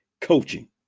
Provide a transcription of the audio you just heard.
coaching